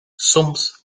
soms